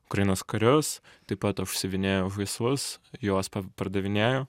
ukrainos karius taip pat aš siuvinėju žaislus juos pardavinėju